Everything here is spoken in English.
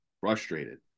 frustrated